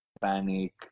panic